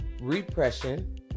repression